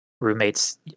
roommates